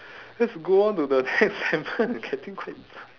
let's go on to the next segment I'm getting quite